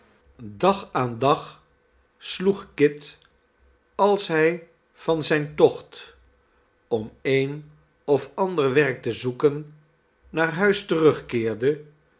dag aan dag sloeg kit als hij van zijn tocht om een of ander werk te zoeken naar huis terugkeerde